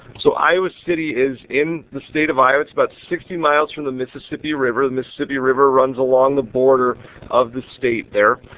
so iowa city is in the state of iowa. it is about sixty miles from the mississippi river. the mississippi river runs along the border of the state there.